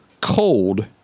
cold